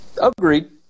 Agreed